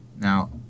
Now